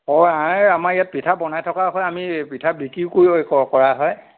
অ' আই আমাৰ ইয়াত পিঠা বনাই থকা হয় আমি পিঠা বিক্ৰী কৰোঁ কৰা হয়